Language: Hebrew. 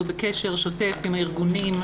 אנחנו בקשר שוטף עם הארגונים.